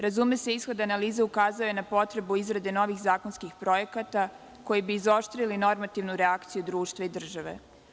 Razume se, ishod analize ukazuje na potrebu izrade novih zakonskih projekata koji bi izoštrili normativnu reakciju društva i države.